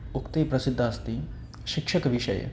उक्तिः प्रसिद्धा अस्ति शिक्षकविषये